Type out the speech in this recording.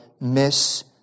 miss